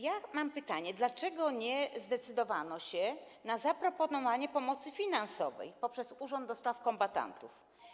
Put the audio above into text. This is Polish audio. Ja mam pytanie: Dlaczego nie zdecydowano się na zaproponowanie pomocy finansowej poprzez urząd do spraw kombatantów?